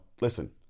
listen